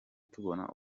tubona